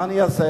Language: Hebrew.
מה אני אעשה?